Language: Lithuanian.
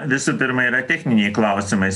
visų pirma yra techniniai klausimais